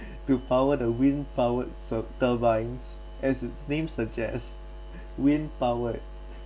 to power the wind powered ser~ turbines as its name suggests wind powered